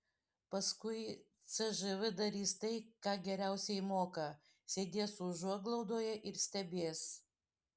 paskui cžv darys tai ką geriausiai moka sėdės užuoglaudoje ir stebės